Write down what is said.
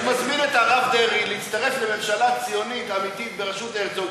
אני מזמין את הרב דרעי להצטרף לממשלה ציונית אמיתית בראשות הרצוג,